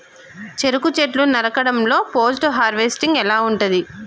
చెరుకు చెట్లు నరకడం లో పోస్ట్ హార్వెస్టింగ్ ఎలా ఉంటది?